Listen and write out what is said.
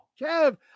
Kev